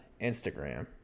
Instagram